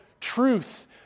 truth